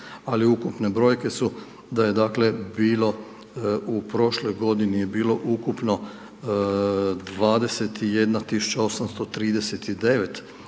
ali ukupne brojke su da je dakle bilo u prošloj godini je bilo ukupno 21 839